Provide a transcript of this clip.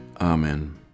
amen